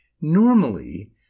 Normally